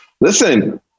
Listen